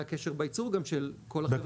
כשל בייצור של כל החלקים בפס הייצור.